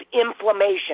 inflammation